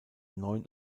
neuen